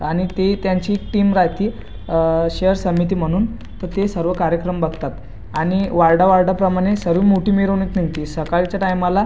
आणि ते त्यांची टीम राहती शहर समिती म्हणून तर ते सर्व कार्यक्रम बघतात आणि वार्डा वार्डाप्रमाणे सर्व मोठी मिरवणूक निघती सकाळच्या टायमाला